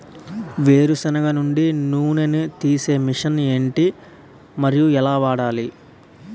వేరు సెనగ నుండి నూనె నీ తీసే మెషిన్ ఏంటి? మరియు ఎలా వాడాలి?